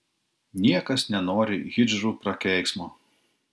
niekas nenori hidžrų prakeiksmo